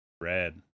red